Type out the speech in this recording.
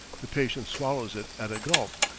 the patient swallows it at a gulp,